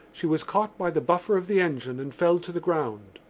she was caught by the buffer of the engine and fell to the ground.